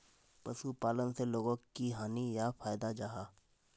पशुपालन से लोगोक की हानि या फायदा जाहा?